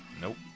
Nope